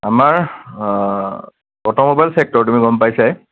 আমাৰ automobile sector তুমি গ'ম পাইছাই